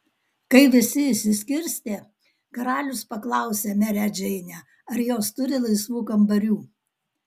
kai visi išsiskirstė karalius paklausė merę džeinę ar jos turi laisvų kambarių